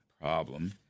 problem